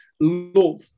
love